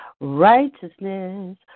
Righteousness